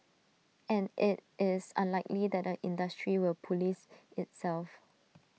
and IT is unlikely that the industry will Police itself